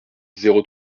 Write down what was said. zéro